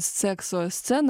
sekso sceną